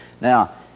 Now